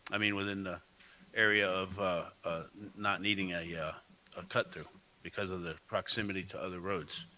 i mean within the area of not needing a yeah ah cut-through because of the proximity to other roads.